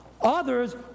Others